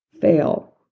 fail